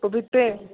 पपीते